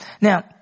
Now